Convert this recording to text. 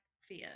fear